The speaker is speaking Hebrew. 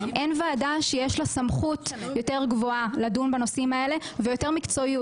אין ועדה שיש לה סמכות יותר גבוהה לדון בנושאים האלה ויותר מקצועיות.